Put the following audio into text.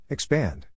Expand